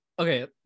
Okay